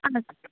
আচ্ছা